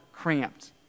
cramped